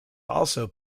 also